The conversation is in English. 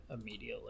immediately